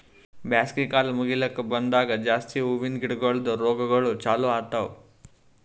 ಬ್ಯಾಸಗಿ ಕಾಲ್ ಮುಗಿಲುಕ್ ಬಂದಂಗ್ ಜಾಸ್ತಿ ಹೂವಿಂದ ಗಿಡಗೊಳ್ದು ರೋಗಗೊಳ್ ಚಾಲೂ ಆತವ್